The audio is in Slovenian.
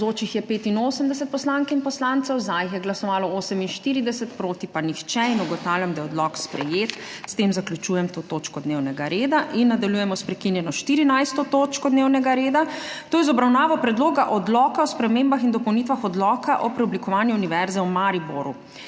Navzočih je 85 poslank in poslancev, za jih je glasovalo 48, proti pa nihče. (Za je glasovalo 48.) (Proti nihče.) Ugotavljam, da je odlok sprejet. S tem zaključujem to točko dnevnega reda. Nadaljujemo s prekinjeno 14. točko dnevnega reda, to je z obravnavo Predloga odloka o spremembah in dopolnitvah Odloka o preoblikovanju Univerze v Mariboru.